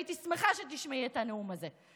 והייתי שמחה שתשמעי את הנאום הזה,